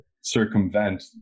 circumvent